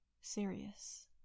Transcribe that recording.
serious